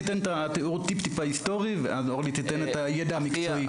תיאור טיפה היסטורי ואז אורלי תיתן את הידע המקצועי.